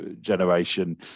generation